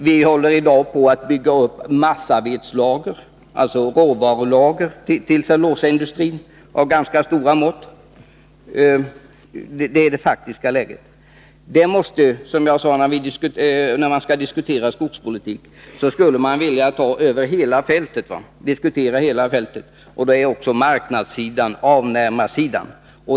Vi håller i dag på att bygga upp massavedslager, alltså råvarulager till cellulosaindustrin av ganska stora mått. Det är det faktiska läget. När vi skall diskutera skogspolitik skulle man, som jag sade, vilja ta upp hela fältet, dvs. även marknadssidan, avnämarsidan.